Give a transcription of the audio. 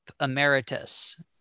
Emeritus